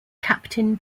captain